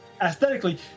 aesthetically